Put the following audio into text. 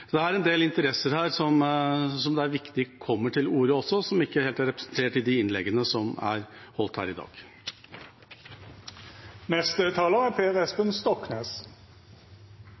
Det er en del interesser her som det også er viktig at kommer til orde, og som ikke helt er representert i innleggene som er holdt her i dag.